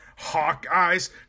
Hawkeyes